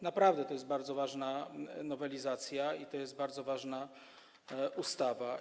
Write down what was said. Naprawdę to jest bardzo ważna nowelizacja i to jest bardzo ważna ustawa.